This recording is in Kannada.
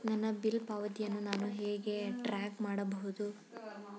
ನನ್ನ ಬಿಲ್ ಪಾವತಿಯನ್ನು ನಾನು ಹೇಗೆ ಟ್ರ್ಯಾಕ್ ಮಾಡಬಹುದು?